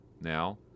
now